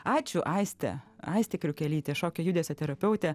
ačiū aiste aistė kriukelytė šokio judesio terapeutė